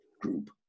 group